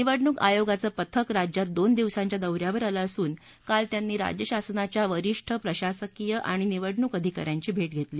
निवडणूक आयोगाचं पथक राज्यात दोन दिवसांच्या दौ यावर आलं असून काल त्यांनी राज्य शासनाच्या वरीष्ठ प्रशासकीय आणि निवडणूक अधिका यांची भे धेतली